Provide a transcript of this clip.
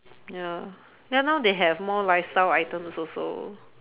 ya then now they have more lifestyle items also